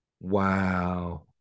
Wow